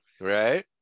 Right